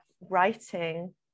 writing